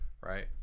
Right